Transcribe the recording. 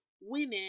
women